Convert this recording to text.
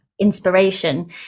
inspiration